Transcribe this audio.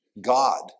God